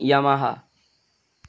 Yamaha